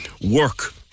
work